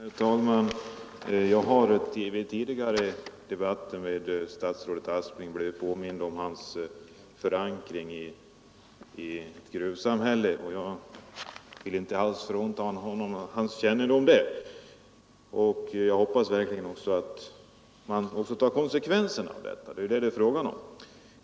Herr talman! Jag har i tidigare debatter med statsrådet Aspling blivit påmind om hans förankring i ett gruvsamhälle, och jag vill inte alls frånta honom hans kännedom om förhållandena där. Jag hoppas verkligen att han också tar konsekvenserna av detta. Det är ju det det är fråga om.